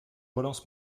relance